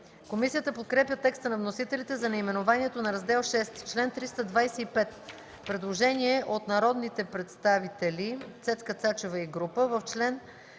Комисията подкрепя текста на вносителите за наименованието на Раздел ІХ.